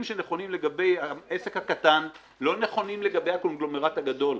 שנכונים לגבי העסק הקטן לא נכונים לגבי הקונגלומרט הגדול.